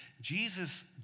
Jesus